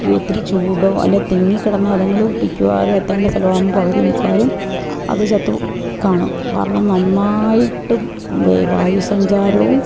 ഈ ഒത്തിരി ചൂടോ അല്ലെങ്കിൽ തിങ്ങി കിടന്ന് അതുങ്ങൾ മിക്കവാറും എത്തേണ്ട സ്ഥലമാകുമ്പോൾ പകുതി മുക്കാലും അതു ചത്തു കാണും കാരണം നന്നായിട്ട് വെയ് വായു സഞ്ചാരവും